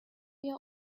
آیا